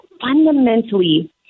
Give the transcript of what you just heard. fundamentally